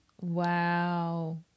Wow